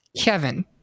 kevin